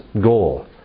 goal